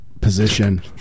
position